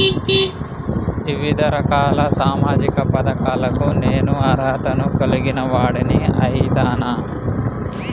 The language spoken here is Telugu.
వివిధ రకాల సామాజిక పథకాలకు నేను అర్హత ను కలిగిన వాడిని అయితనా?